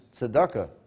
tzedakah